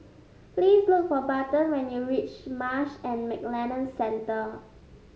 please look for Barton when you reach Marsh and McLennan Centre